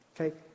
Okay